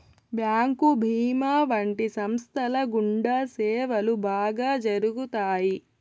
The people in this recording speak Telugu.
బ్యాంకు భీమా వంటి సంస్థల గుండా సేవలు బాగా జరుగుతాయి